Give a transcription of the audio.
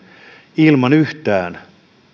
ilman yhtään